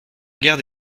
garde